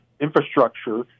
infrastructure